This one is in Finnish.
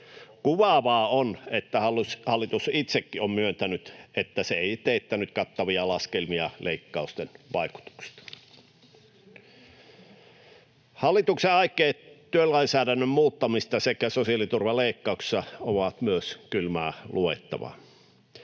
Kuvaavaa on, että hallitus itsekin on myöntänyt, että se ei teettänyt kattavia laskelmia leikkausten vaikutuksista. Hallituksen aikeet työlainsäädännön muuttamisesta sekä sosiaaliturvaleikkauksista ovat myös kylmää luettavaa.